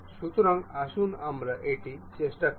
সুতরাং আসুন আমরা এটি চেষ্টা করি